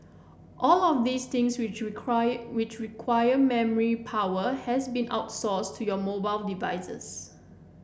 all of these things which require which require memory power has been outsourced to your mobile devices